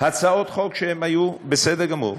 הצעות חוק שהיו בסדר גמור,